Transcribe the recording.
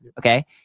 okay